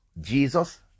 Jesus